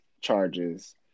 Charges